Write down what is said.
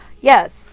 Yes